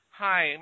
hi